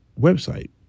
website